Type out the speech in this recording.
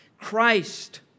Christ